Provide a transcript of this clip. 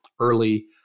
early